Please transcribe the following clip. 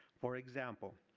for example,